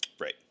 Right